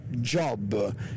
job